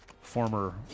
Former